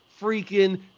freaking